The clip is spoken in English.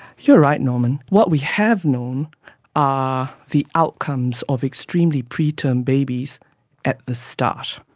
you're right norman. what we have known are the outcomes of extremely preterm babies at the start.